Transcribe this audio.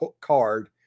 card